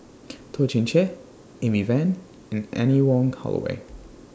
Toh Chin Chye Amy Van and Anne Wong Holloway